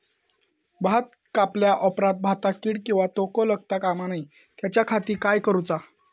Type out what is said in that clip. भात कापल्या ऑप्रात भाताक कीड किंवा तोको लगता काम नाय त्याच्या खाती काय करुचा?